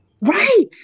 right